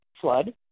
Flood